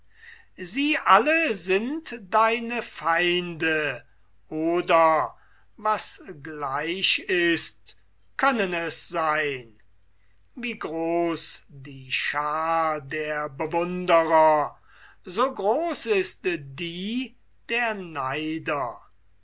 sie alle sind deine feinde oder was gleich ist können es sein wie groß die schaar der bewunderer so groß ist die der neider